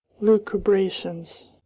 lucubrations